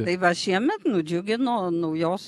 tai va šiemet nudžiugino naujos